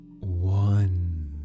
one